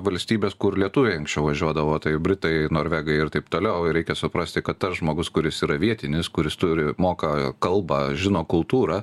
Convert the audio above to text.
valstybes kur lietuviai anksčiau važiuodavo tai britai norvegai ir taip toliau ir reikia suprasti kad tas žmogus kuris yra vietinis kuris turi moka kalbą žino kultūrą